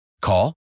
Call